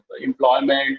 employment